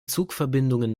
zugverbindungen